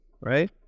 right